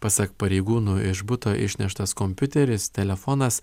pasak pareigūnų iš buto išneštas kompiuteris telefonas